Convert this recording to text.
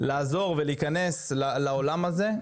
לעזור ולהכנס לעולם הזה,